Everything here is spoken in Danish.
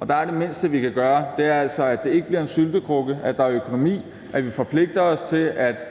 Og det mindste, vi kan gøre der, er altså at sørge for, at det ikke bliver en syltekrukke, at der er økonomi, at vi forpligter os til at